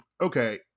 okay